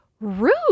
rude